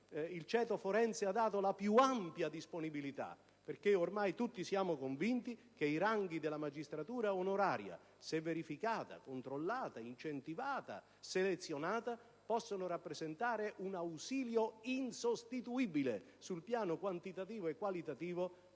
il ceto forense ha dato la più ampia disponibilità, perché ormai tutti siamo convinti che i ranghi della magistratura onoraria, se verificata, controllata, incentivata, selezionata, possono rappresentare un ausilio insostituibile sul piano quantitativo e qualitativo